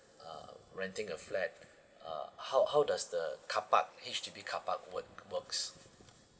uh renting a flat how how does the car park H_D_B car park work works